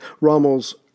Rommel's